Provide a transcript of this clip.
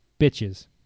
bitches